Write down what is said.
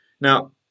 Now